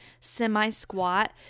semi-squat